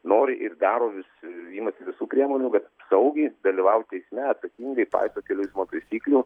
nori ir daro vis imasi visų priemonių kad saugiai dalyvaut eisme atsakingai paiso kelių eismo taisyklių